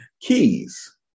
Keys